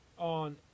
On